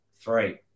three